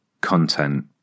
content